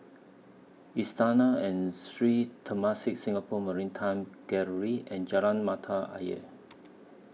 Istana and Sri Temasek Singapore Maritime Gallery and Jalan Mata Ayer